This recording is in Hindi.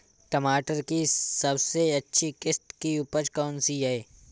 टमाटर की सबसे अच्छी किश्त की उपज कौन सी है?